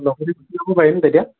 লগতে গুচি যাব পাৰিম তেতিয়া